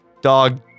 Dog